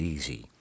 Easy